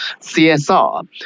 CSR